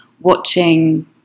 watching